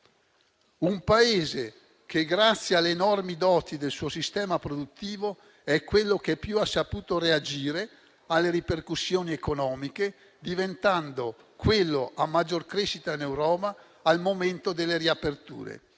Paese, grazie alle enormi doti del suo sistema produttivo, è quello che ha saputo reagire di più alle ripercussioni economiche, diventando quello con la maggior crescita in Europa al momento delle riaperture.